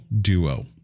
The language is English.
duo